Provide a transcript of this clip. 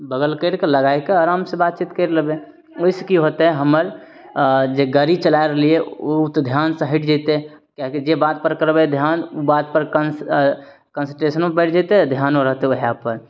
बगल करिके लगायके आराम से बातचीत करि लेबै ओहिसे की होतै हमर जे गड़ी चला रहलिए ओ तऽ ध्यान से हटि जेतै किएकि जे बात पर करबै ध्यान ओ बातपर कंस कॉन्सेंट्रेशनो बटि जेतै आ ध्यानो रहतै वएह पर